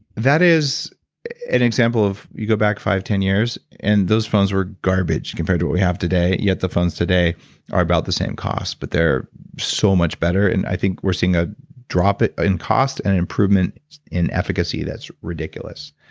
that is an example of you go back five, ten years and those phones were garbage compared to what we have today. yet the phones today are about the same cost, but they are so much better and i think we're seeing a drop in cost and an improvement in efficacy that's ridiculous